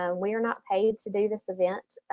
um we are not paid to do this event.